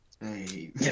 Hey